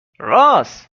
رآس